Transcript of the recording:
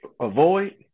Avoid